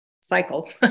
cycle